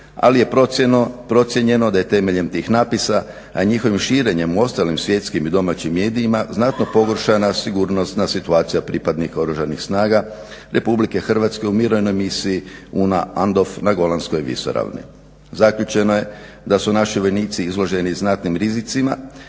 ali je procijenjeno da je temeljem tih napisa a njihovim širenjem u ostalim svjetskim i domaćim medijima znatno pogoršana sigurnosna situacija pripadnika Oružanih snaga RH mirovne misije UN-a ANDOF na Golanskoj visoravni. Zaključeno je da su naši vojnici izloženi znatnim rizicima,